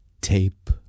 tape